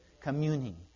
Communing